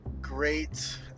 great